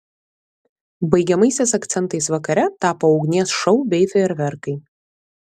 baigiamaisiais akcentais vakare tapo ugnies šou bei fejerverkai